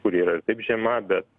kuri yra ir taip žema bet